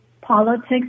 politics